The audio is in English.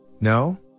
No